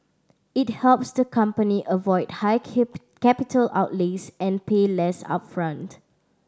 it helps the company avoid high capital outlays and pay less upfront